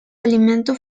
alimento